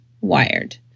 wired